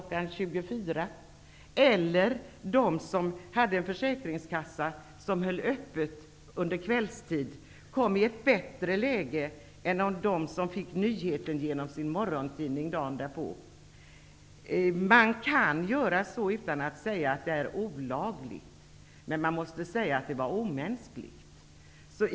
24.00 eller de som hade en försäkringskassa som höll öppet under kvällstid kom i ett bättre läge än de som fick nyheten genom sin morgontidning dagen därpå. Man kan göra så utan att det är olagligt; men man måste säga att det var omänskligt.